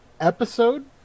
episode